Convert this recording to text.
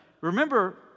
remember